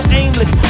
aimless